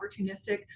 opportunistic